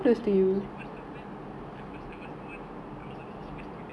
he he was the [one] I was I was the [one] I was of his first student